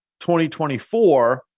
2024